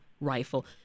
rifle